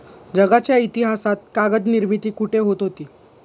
जगाच्या इतिहासात कागद निर्मिती कुठे होत होती?